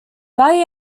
value